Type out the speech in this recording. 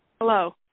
Hello